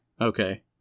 Okay